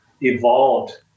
evolved